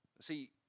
See